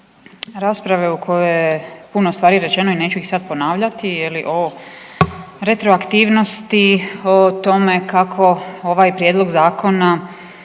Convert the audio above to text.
rasprave u kojoj je puno stvari rečeno i neću ih sada ponavljati je li o retroaktivnosti o tome kako ovaj prijedlog zakona